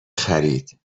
خرید